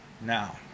Now